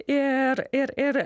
ir ir ir